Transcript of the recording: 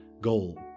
goal